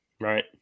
Right